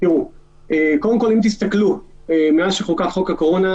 אם נחזור לחתונות,